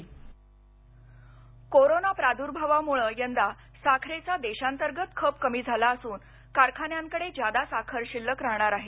साखर कोरोना प्रभाव कोरोना प्रार्दुर्भावामुळं यंदा साखरेचा देशांतर्गत खप कमी झाला असून कारखान्यांकडे जादा साखर शिल्लक राहणार आहे